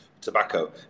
tobacco